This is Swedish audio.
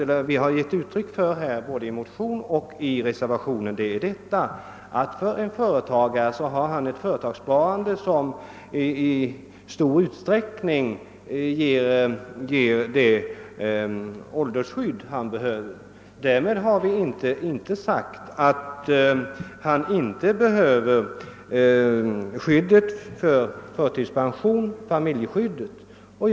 Vad vi har givit uttryck för såväl i motionerna som i reservationerna är att en företagare ofta har ett företagssparande som i många fall ger det åldersskydd han behöver. Därmed har vi inte sagt att han inte behöver familjeskyddet och rätten till förtidspension.